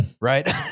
Right